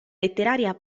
letteraria